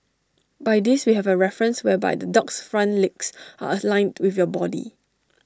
by this we have A reference whereby the dog's front legs are aligned with your body